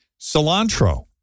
cilantro